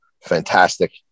Fantastic